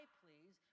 please